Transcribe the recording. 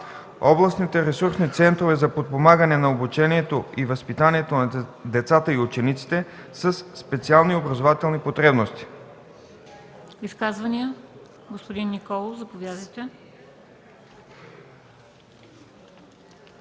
Областните ресурсни центрове за подпомагане на обучението и възпитанието на децата и учениците със специални образователни потребности.”